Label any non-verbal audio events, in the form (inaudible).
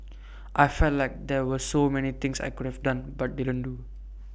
I (noise) felt like there were so many things I could have done but didn't do